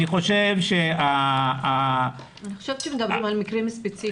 אני חושבת שמדברים על מקרים ספציפיים.